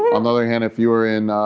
on the other hand, if you're in,